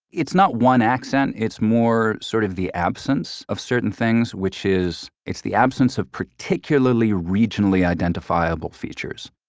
it's not one accent, it's more sort of the absence of certain things, which is it's the absence of particularly regionally identifiable features.